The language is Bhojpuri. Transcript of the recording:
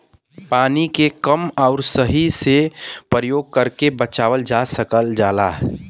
पानी के कम आउर सही से परयोग करके बचावल जा सकल जाला